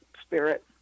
Spirit